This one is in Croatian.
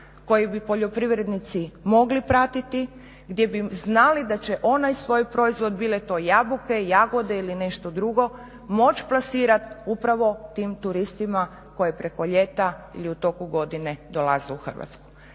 koji bi poljoprivrednici mogli pratiti, gdje bi znali da će onaj svoj proizvod bile to jabuke, jagode ili nešto drugo moći plasirati upravo tim turistima koje preko ljeta ili u toku godine dolaze u Hrvatsku.